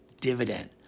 dividend